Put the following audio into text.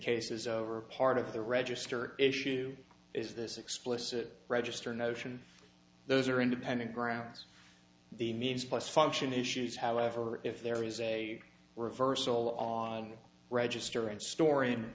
case is over a part of the register issue is this explicit register notion those are independent grounds the means plus function issues however if there is a reversal on the register and story